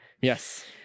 Yes